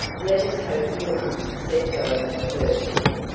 let us hope you are, said dorothy fervently.